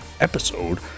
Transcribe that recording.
episode